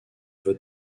vote